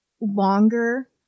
longer